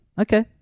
Okay